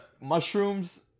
mushrooms